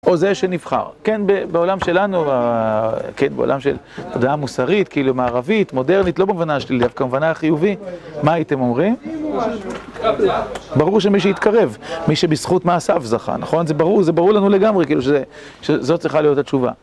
או זה שנבחר, כן, בעולם שלנו, כן, בעולם של דעה מוסרית, כאילו מערבית, מודרנית, לא במובנה השלילי, דווקא כמובנה חיובי, מה הייתם אומרים? ברור שמי שיתקרב, מי שבזכות מעשיו זכה, נכון? זה ברור, זה ברור לנו לגמרי, כאילו שזאת צריכה להיות התשובה.